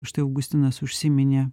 štai augustinas užsiminė